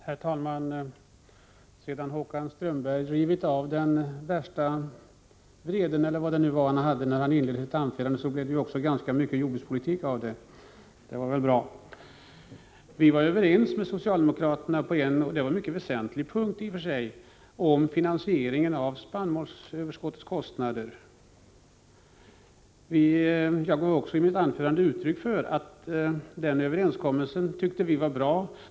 Herr talman! Sedan Håkan Strömberg ”rivit av” den värsta vreden i inledningen av sitt anförande, så blev det också ganska mycket jordbrukspolitik, och det var väl bra. Vi var överens med socialdemokraterna på en mycket väsentlig punkt, nämligen om finansieringen av spannmålsöverskottets kostnader. Jag sade också i mitt anförande att vi tyckte att den överenskommelsen var bra.